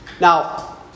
Now